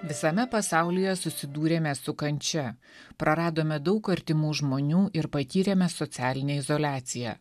visame pasaulyje susidūrėme su kančia praradome daug artimų žmonių ir patyrėme socialinę izoliaciją